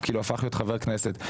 הוא הפך להיות חבר כנסת.